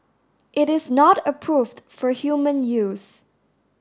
it is not approved for human use